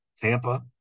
Tampa